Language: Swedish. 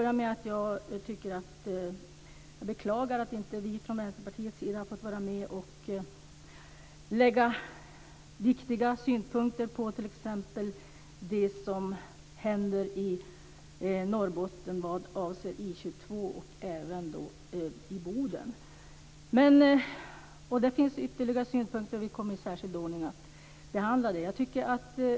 Jag beklagar att inte vi i Vänsterpartiet har fått vara med och lägga fram viktiga synpunkter på t.ex. det som händer i Norrbotten vad avser I 22 och även Boden. Det finns ytterligare synpunkter som kommer att behandlas i särskild ordning.